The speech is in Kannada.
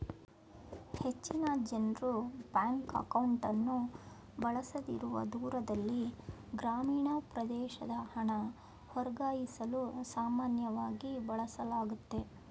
ಹೆಚ್ಚಿನ ಜನ್ರು ಬ್ಯಾಂಕ್ ಅಕೌಂಟ್ಅನ್ನು ಬಳಸದಿರುವ ದೂರದಲ್ಲಿ ಗ್ರಾಮೀಣ ಪ್ರದೇಶದ ಹಣ ವರ್ಗಾಯಿಸಲು ಸಾಮಾನ್ಯವಾಗಿ ಬಳಸಲಾಗುತ್ತೆ